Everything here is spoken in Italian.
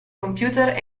computer